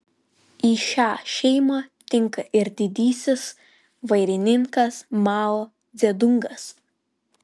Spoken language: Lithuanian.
į šią šeimą tinka ir didysis vairininkas mao dzedungas